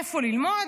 איפה ללמוד?